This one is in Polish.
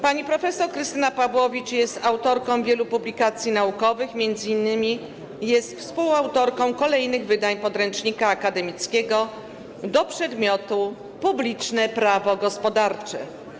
Pani prof. Krystyna Pawłowicz jest autorką wielu publikacji naukowych, m.in. jest współautorką kolejnych wydań podręcznika akademickiego do przedmiotu publiczne prawo gospodarcze.